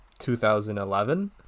2011